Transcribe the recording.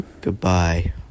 Goodbye